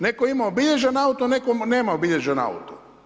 Neko je imao obilježen auto, neko nema obilježen auto.